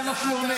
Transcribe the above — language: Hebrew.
זה מה שהוא אומר.